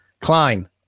Klein